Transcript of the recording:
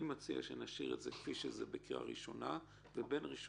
אני מציע שנשאיר את זה כפי שזה בקריאה ראשונה ובין הקריאה